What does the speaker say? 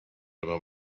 about